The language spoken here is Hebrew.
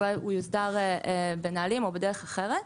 הוא יוסדר בנהלים או בדרך אחרת,